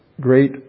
great